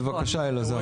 בבקשה, אלעזר.